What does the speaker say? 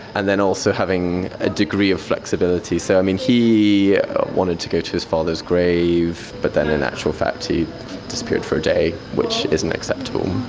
and then also having a degree of flexibility. so um he wanted to go to his father's grave but then in actual fact he disappeared for a day, which isn't acceptable,